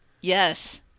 Yes